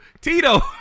Tito